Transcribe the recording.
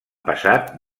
passat